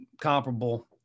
comparable